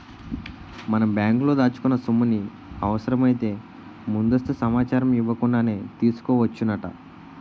మనం బ్యాంకులో దాచుకున్న సొమ్ముని అవసరమైతే ముందస్తు సమాచారం ఇవ్వకుండానే తీసుకోవచ్చునట